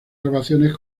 grabaciones